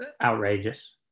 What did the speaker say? outrageous